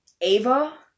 Ava